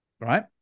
right